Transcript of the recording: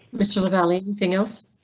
mr lavalley anything else.